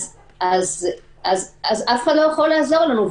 אז אף אחד לא יכול לעזור לנו.